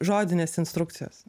žodinės instrukcijos